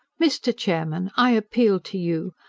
mr. chairman! i appeal to you.